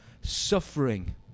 suffering